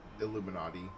Illuminati